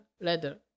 leather